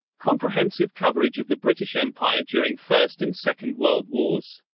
comprehensive coverage of the british empire during first and second world wars.